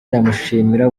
ndamushimira